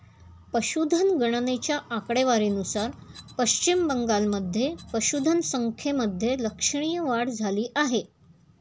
पशुधन गणनेच्या आकडेवारीनुसार पश्चिम बंगालमध्ये पशुधन संख्येमध्ये लक्षणीय वाढ झाली आहे